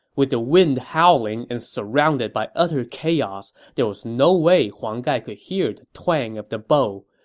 with the wind howling and surrounded by utter chaos, there was no way huang gai could hear the twang of the bow.